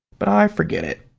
but i forget it.